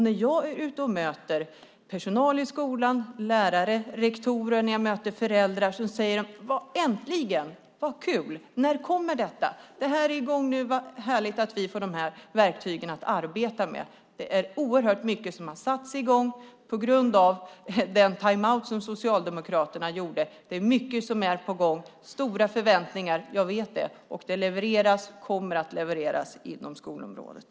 När jag är ute och möter personal i skolan - lärare och rektorer - och när jag möter föräldrar säger de: Äntligen, vad kul! När kommer detta? Så härligt att vi får dessa verktyg att arbeta med. Det är oerhört mycket som har satts i gång på grund av den timeout som Socialdemokraterna gjorde. Det är mycket som är på gång. Jag vet att förväntningarna är stora. Men det levereras och kommer att levereras inom skolområdet.